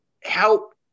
help